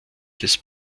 des